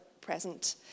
present